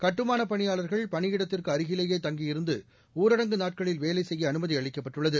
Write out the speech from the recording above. கட்டுமானப் பணியாளர்கள் பணியிடத்திற்கு அருகிலேயே தங்கியிருந்து ஊரடங்கு நாட்களில் வேலை செய்ய அனுமதி அளிக்கப்பட்டுள்ளது